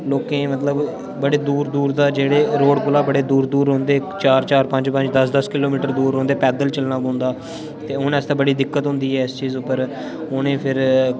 लोकें दी मतलब बड़ी दूर दूर दा जेहड़े रोड कोला बड़े दूर दूर रौह्ंदे चार चार पंज पंज दस दस किलोमीटर रौह्ंदे पैदल चलना पौंदा ते उ'नें आस्तै बड़ी दिक्कत होंदी ऐ इस चीज़ उप्पर उ'नें फिर